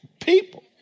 people